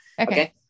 Okay